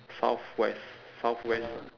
south west southwest